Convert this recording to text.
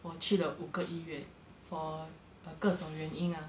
我去了五个医院 for 各种原因 ah